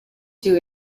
two